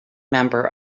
member